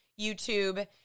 YouTube